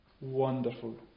wonderful